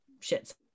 shits